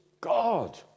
God